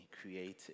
created